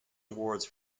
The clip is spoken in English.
awards